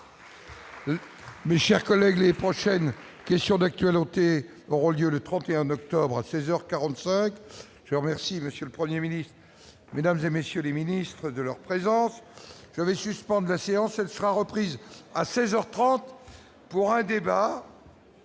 Mes chers collègues, les prochaines questions d'actuel, et auront lieu le 31 octobre à 16 heures 45 je remercie Monsieur le 1er Ministre Mesdames et messieurs les ministres, de leur présence les suspende la séance, elle sera reprise à 16 heures 30 pour un un débat.